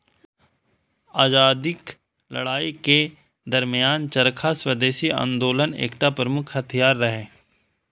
आजादीक लड़ाइ के दरमियान चरखा स्वदेशी आंदोलनक एकटा प्रमुख हथियार रहै